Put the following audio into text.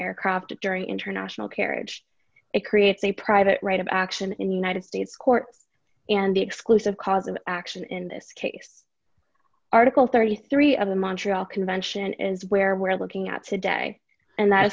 aircraft during international kerridge it creates a private right of action in united states courts and the exclusive cause of action in this case article thirty three of the montreal convention is where we're looking at today and that